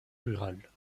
rurale